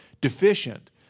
deficient